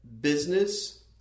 business